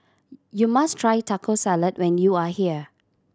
you must try Taco Salad when you are here